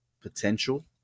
potential